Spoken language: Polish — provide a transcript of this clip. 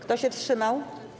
Kto się wstrzymał?